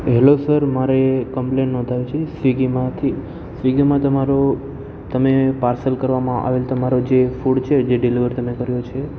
hello sir મારે complaint નોંધાવી છે સ્વીગી માંથી સ્વીગીમાં તમારો તમે પાર્સલ કરવામાં આવેલ તમારો જે ફૂડ છે જે ડિલેવર તમે કર્યો છે